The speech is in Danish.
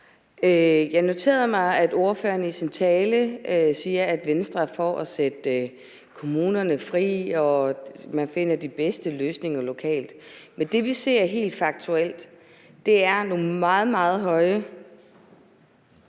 Jeg noterede mig, at ordføreren i sin tale siger, at Venstre er for at sætte kommunerne fri, og at man finder de bedste løsninger lokalt. Men det, vi ser helt faktuelt, er nogle meget, meget høje ...